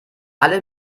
alle